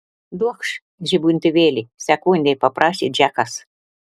duokš žibintuvėlį sekundei paprašė džekas